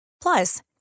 Plus